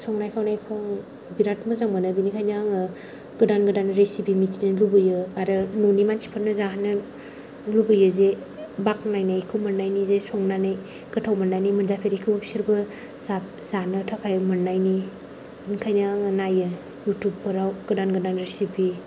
संनाय खावनायखौ आं बिराद मोजां मोनो बेनिखायनो आङो गोदान गोदान रेसिपि मिन्थिनो लुबैयो आरो न'नि मानसिफोरनो जाहोनो लुबैयो जे बाख्नायनायखौ मोननायनि जे संनानै गोथाव मोननायनि मोनजाफेरैखौ बिसोरबो जानो थाखाय मोननायनि ओंखायनो आङो नायो युटुबफोराव गोदान गोदान रेसिपि